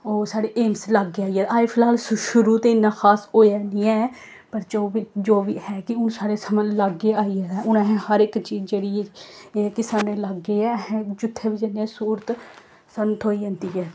ओह् साढ़े एम्स लाग्गै आई गेदा अजें फिलहाल शु शुरू ते इन्ना खास होएआ हैन्नी ऐ पर जो बी जो बी है कि हून साढ़े समां लाग्गै आई गेदा ऐ हून अस हर इक चीज जेह्ड़ी एह् एह् ऐ कि साढ़े लाग्गै ऐ अस जित्थै बी जन्ने आं स्हूलत सानूं थ्होई जंदी ऐ